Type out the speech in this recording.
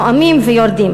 נואמים ויורדים.